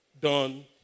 done